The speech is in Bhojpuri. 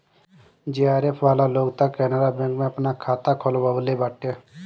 जेआरएफ वाला लोग तअ केनरा बैंक में आपन खाता खोलववले बाटे